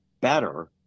better